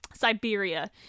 Siberia